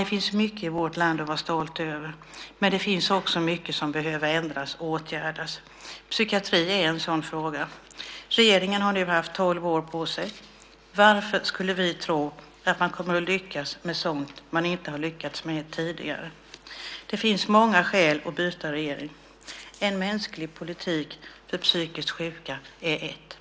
Det finns mycket i vårt land att vara stolt över, men det finns också mycket som behöver ändras och åtgärdas. Psykiatrin är en sådan fråga. Regeringen har haft tolv år på sig. Varför skulle vi tro att man nu kommer att lyckas med sådant som man inte lyckats med tidigare? Det finns många skäl att byta regering. En mänsklig politik för psykiskt sjuka är ett.